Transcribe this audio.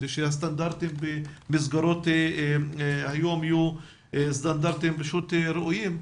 כדי שהסטנדרטים במסגרות היום יהיו סטנדרטים ראויים,